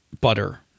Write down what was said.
butter